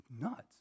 nuts